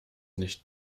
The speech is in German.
nicht